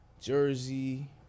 Jersey